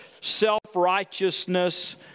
self-righteousness